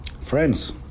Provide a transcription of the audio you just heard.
friends